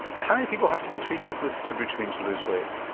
how many people have to be treated with sibutramine to lose weight?